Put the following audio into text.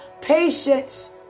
patience